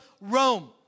Rome